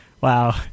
wow